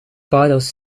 parels